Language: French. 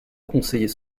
conseiller